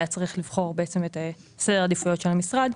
והיה צריך לבחור את סדרי העדיפויות של המשרד.